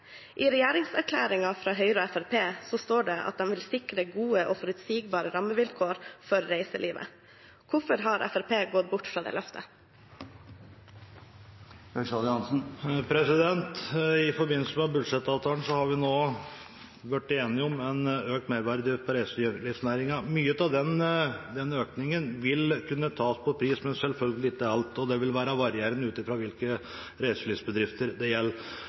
I regjeringserklæringen fra Høyre og Fremskrittspartiet står det at de vil sikre «gode og forutsigbare rammevilkår» for reiselivet. Hvorfor har Fremskrittspartiet gått bort fra det løftet? I forbindelse med budsjettavtalen har vi nå blitt enige om en økt merverdiavgift på reiselivsnæringen. Mye av den økningen vil kunne tas på pris, men selvfølgelig ikke alt, og det vil være varierende ut fra hvilke reiselivsbedrifter det gjelder.